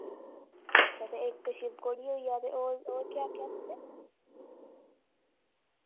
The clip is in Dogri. अच्छा ते इक शिवखोड़ी होई गेआ ते होर होर केह् आखेआ तुसें